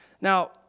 Now